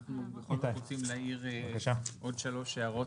אנחנו רוצים להעיר עוד שלוש הערות